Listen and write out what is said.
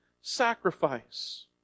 sacrifice